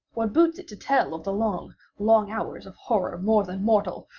what boots it to tell of the long, long hours of horror more than mortal,